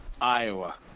Iowa